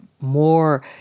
more